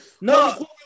No